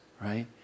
right